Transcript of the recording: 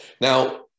Now